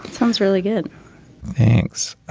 sounds really good thanks